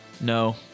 No